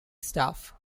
staff